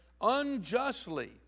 unjustly